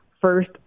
First